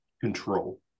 control